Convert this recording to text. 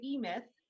E-myth